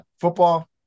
football